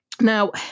Now